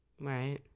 Right